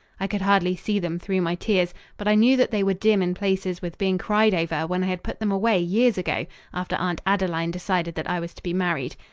i could hardly see them through my tears, but i knew that they were dim in places with being cried over when i had put them away years ago after aunt adeline decided that i was to be married.